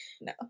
No